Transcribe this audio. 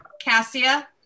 Cassia